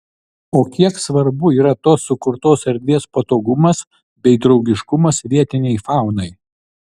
o kiek svarbu yra tos sukurtos erdvės patogumas bei draugiškumas vietinei faunai